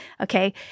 okay